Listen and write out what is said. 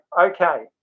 okay